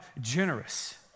generous